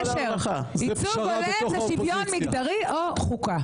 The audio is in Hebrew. ייצוג הולם לשוויון מגדרי או ועדת החוקה.